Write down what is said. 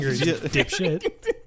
dipshit